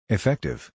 Effective